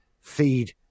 feed